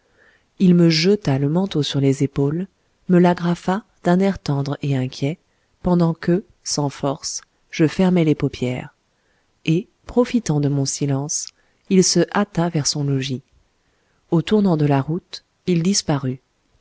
il me jeta le manteau sur les épaules me l'agrafa d'un air tendre et inquiet pendant que sans forces je fermais les paupières et profitant de mon silence il se hâta vers son logis au tournant de la route il disparut